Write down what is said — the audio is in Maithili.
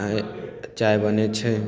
चाय बनय छै